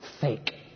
Fake